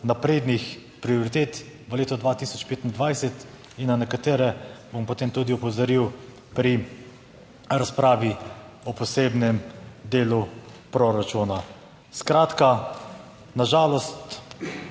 naprednih prioritet v letu 2025, na nekatere bom potem tudi opozoril pri razpravi o posebnem delu proračuna. Skratka, na žalost